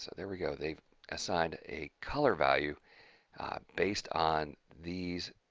there we go, they assigned a color value based on these